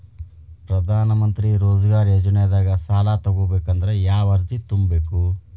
ಪ್ರಧಾನಮಂತ್ರಿ ರೋಜಗಾರ್ ಯೋಜನೆದಾಗ ಸಾಲ ತೊಗೋಬೇಕಂದ್ರ ಯಾವ ಅರ್ಜಿ ತುಂಬೇಕು?